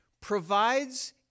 provides